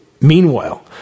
Meanwhile